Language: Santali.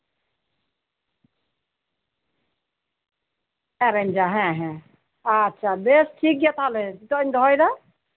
ᱥᱮᱴᱮᱨᱮᱱ ᱜᱮᱭᱟ ᱦᱮᱸ ᱵᱮᱥ ᱴᱷᱤᱠᱜᱮᱭᱟ ᱢᱟ ᱱᱤᱛᱳᱜ ᱫᱩᱧ ᱫᱚᱦᱚᱭ ᱫᱟ